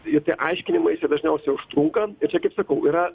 jie tie aiškinimaisi dažniausiai užtrunka ir čia kaip sakau yra